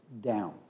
down